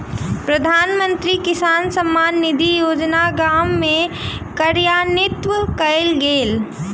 प्रधानमंत्री किसान सम्मान निधि योजना गाम में कार्यान्वित कयल गेल